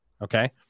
Okay